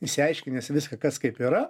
išsiaiškinęs viską kas kaip yra